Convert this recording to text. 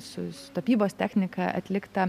su tapybos technika atliktą